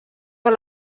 per